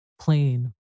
plain